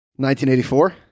1984